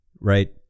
right